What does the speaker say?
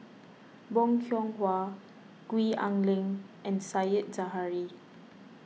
Bong Hiong Hwa Gwee Ah Leng and Said Zahari